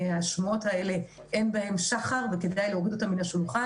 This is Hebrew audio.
כך שבשמועות האלה אין שחר וכדאי להוריד אותן מהשולחן.